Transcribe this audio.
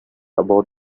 about